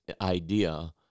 idea